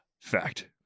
Fact